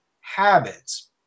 habits